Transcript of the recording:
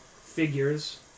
figures